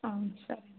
ಹಾಂ ಸರಿ ಮ್ಯಾಮ್